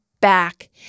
back